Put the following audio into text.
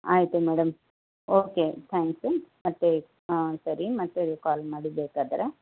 ಆಯಿತು madam okay thanks ಮತ್ತೆ ಹಾಂ ಸರಿ ಮತ್ತೆ ಕಾಲ್ ಮಾಡಿ ಬೇಕಾದರೆ